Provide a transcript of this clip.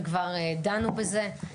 שכבר דנו בזה.